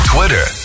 Twitter